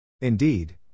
Indeed